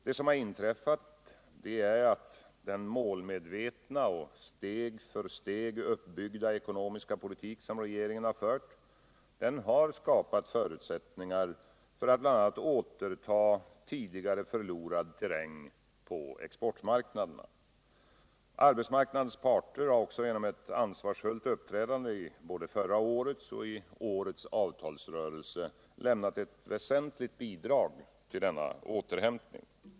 Det som har inträffat är att den målmedvetna och steg för steg uppbyggda ekonomiska politik som regeringen har fört har skapat förutsättningar för att bl.a. återta tidigare förlorad terräng på exportmarknaderna. Arbetsmarknadens parter har också genom ett ansvarsfullt uppträdande i både förra årets och årets avtalsrörelse lämnat ett väsentligt bidrag till återhämtningen.